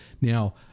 now